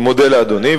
אני מודה לאדוני,